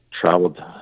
traveled